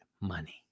money